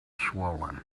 swollen